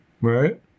Right